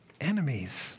enemies